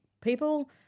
people